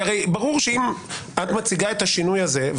הרי ברור שאם את מציגה את השינוי הזה,